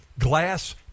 Glass